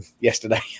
yesterday